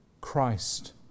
Christ